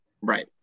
Right